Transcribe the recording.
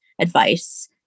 advice